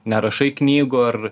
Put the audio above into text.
nerašai knygų ar